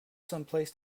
someplace